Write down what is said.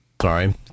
Sorry